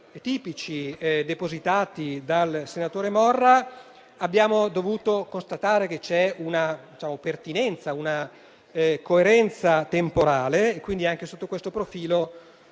tipici depositati dal senatore Morra, abbiamo dovuto constatare che c'è una pertinenza, una coerenza temporale. Anche sotto questo profilo,